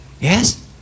yes